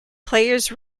players